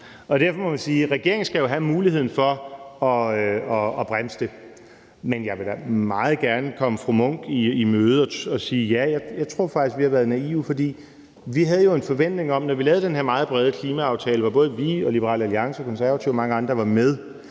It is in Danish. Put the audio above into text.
derfor må man sige, at regeringen skal have muligheden for at bremse det. Men jeg vil da meget gerne komme fru Signe Munk i møde og sige, at ja, jeg tror faktisk, vi har været naive. For vi havde en forventning om, da vi lavede den her meget bred klimaaftale, hvor både vi, Liberal Alliance, Konservative og mange andre var med,